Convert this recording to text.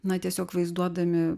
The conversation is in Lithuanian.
na tiesiog vaizduodami